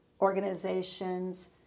organizations